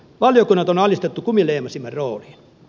valiokunnat on alistettu kumileimasimen rooliin